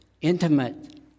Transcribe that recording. intimate